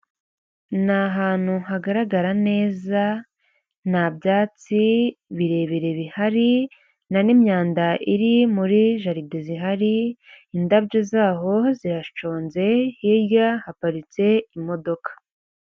Ni ahantu hagaragarara neza nta byatsi birebire bihari nta n'imyanda iri muri jaride zihari, indabyo zaho ziraconze hirya haparitse imodoka.